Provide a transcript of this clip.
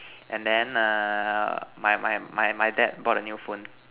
and then err my my my my dad bought a new phone